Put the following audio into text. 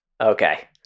Okay